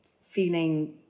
feeling